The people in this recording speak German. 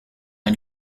ein